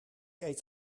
eet